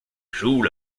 jouent